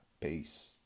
Peace